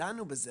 דנו בכך